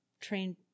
train